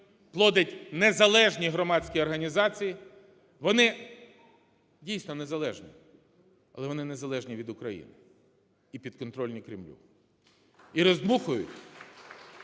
плодить незалежні громадські організації. Вони дійсно незалежні, але вони незалежні від України і підконтрольні Кремлю, і роздмухують…